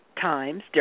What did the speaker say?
times